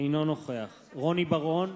אינו נוכח רוני בר-און,